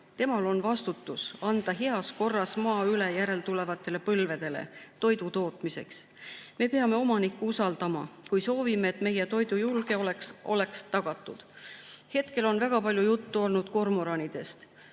Temal on vastutus anda heas korras maa üle järeltulevatele põlvedele toidutootmiseks. Me peame omanikku usaldama, kui soovime, et meie toidujulgeolek oleks tagatud. On olnud väga palju juttu kormoranidest.